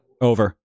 Over